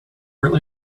really